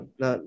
na